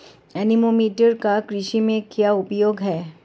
Anemometer का कृषि में क्या उपयोग है?